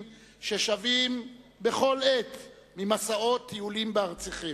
ששבים בכל עת ממסעות טיולים בארצותיכם.